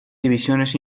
divisiones